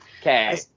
Okay